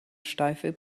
steife